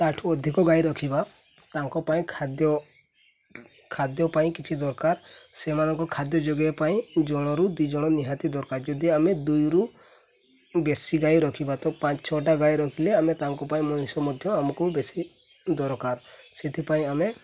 ତାଠୁ ଅଧିକ ଗାଈ ରଖିବା ତାଙ୍କ ପାଇଁ ଖାଦ୍ୟ ଖାଦ୍ୟ ପାଇଁ କିଛି ଦରକାର ସେମାନଙ୍କ ଖାଦ୍ୟ ଯୋଗାଇବା ପାଇଁ ଜଣ ରୁ ଦୁଇ ଜଣ ନିହାତି ଦରକାର ଯଦି ଆମେ ଦୁଇରୁ ବେଶୀ ଗାଈ ରଖିବା ତ ପାଞ୍ଚ ଛଅଟା ଗାଈ ରଖିଲେ ଆମେ ତାଙ୍କ ପାଇଁ ମଣିଷ ମଧ୍ୟ ଆମକୁ ବେଶୀ ଦରକାର ସେଥିପାଇଁ ଆମେ